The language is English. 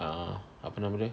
uh apa nama dia